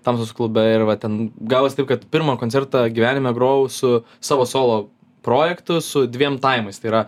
tamstos klube ir va ten gavos taip kad pirmą koncertą gyvenime grojau su savo solo projektu su dviem taimais tai yra